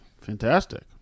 fantastic